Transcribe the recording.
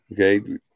Okay